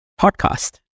Podcast